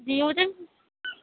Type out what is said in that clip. جی مجھے